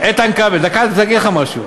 איתן כבל, דקה, אני רוצה להגיד לך משהו.